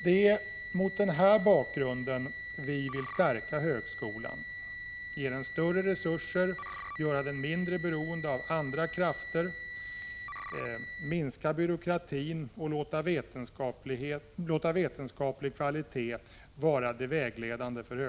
Det är mot denna bakgrund som vi i folkpartiet vill stärka högskolan, ge den större resurser, göra den mindre beroende av andra krafter, minska byråkratin och låta vetenskaplig kvalitet vara det vägledande.